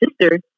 sister